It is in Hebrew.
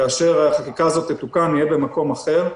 כאשר החקיקה הזאת תתוקן נהיה במקום אחר.